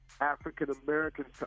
African-Americans